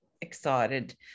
excited